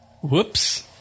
whoops